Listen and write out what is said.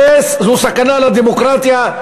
זו סכנה לדמוקרטיה,